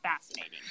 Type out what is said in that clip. fascinating